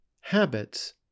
Habits